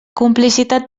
complicitat